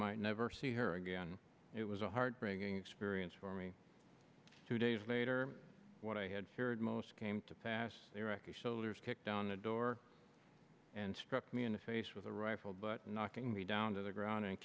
might never see her again it was a heartbreaking experience for me two days later what i had feared came to pass the iraqi soldiers kicked down a door and struck me in the face with a rifle butt knocking me down to the ground and